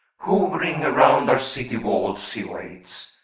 hovering around our city walls he waits,